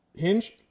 Hinge